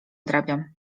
odrabiam